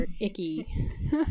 icky